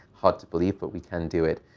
hard to believe, but we can do it.